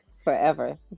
Forever